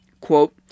quote